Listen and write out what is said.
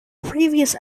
previous